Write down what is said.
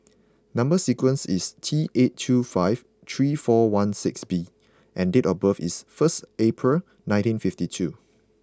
number sequence is T eight two five three four one six B and date of birth is first April nineteen fifty two